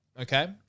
okay